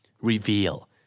Reveal